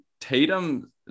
Tatum